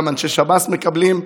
גם אנשי שב"ס מקבלים,